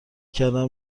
کردم